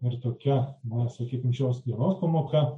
ir tokia na sakykim šios dienos pamoka